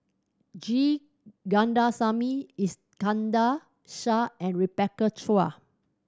G Kandasamy Iskandar Shah and Rebecca Chua